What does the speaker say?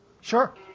Sure